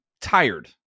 tired